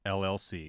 llc